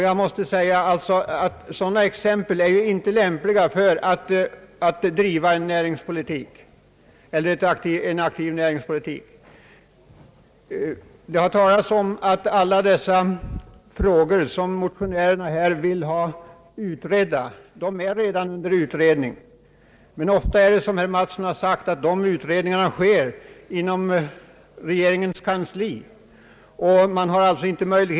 Jag måste säga att ett sådant handlande inte kan vara något exempel på en god aktiv näringspolitik. Det invänds nu att de frågor som motionärerna vill ha utredda redan är under utredning, men som herr Mattsson säger sker ju dessa utredningar i stor utsträckning inom regeringens kansli.